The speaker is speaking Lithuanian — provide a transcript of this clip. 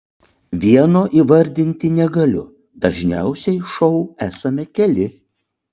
vieno įvardinti negaliu dažniausiai šou esame keli